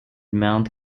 mount